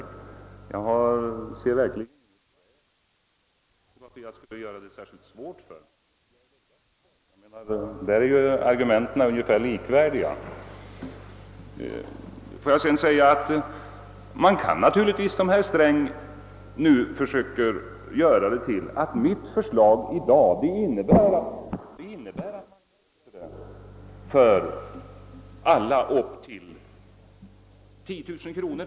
Men jag ser verkligen inget skäl till att jag skulle göra det svårt för mig — vår argumentering är väl ungefär likvärdig. Man kan «naturligtvis, som herr Sträng nu försöker göra, hävda att ett genomförande av mitt förslag skulle lösa problemet för alla som har inkomster på upp till 10 000 kronor.